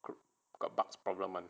got bugs problem [one]